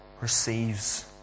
receives